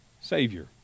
savior